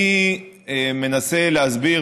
אני מנסה להסביר,